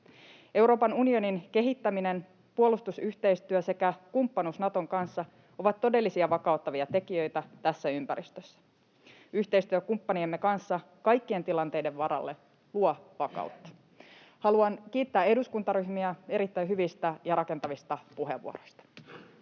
Euroopan unionin kehittäminen, puolustusyhteistyö sekä kumppanuus Naton kanssa ovat todellisia vakauttavia tekijöitä tässä ympäristössä. Yhteistyö kumppaniemme kanssa, kaikkien tilanteiden varalle, luo vakautta. Haluan kiittää eduskuntaryhmiä erittäin hyvistä ja rakentavista puheenvuoroista.